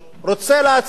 רוצה להציע.